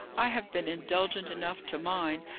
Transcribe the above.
i have been indulgent enough to mine,